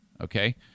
okay